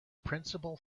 principal